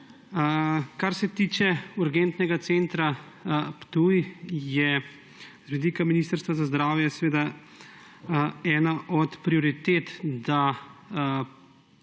Kar se tiče urgentnega centra Ptuj, je z vidika Ministrstva za zdravje ena od prioritet, da